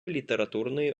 літературної